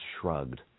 Shrugged